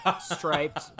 striped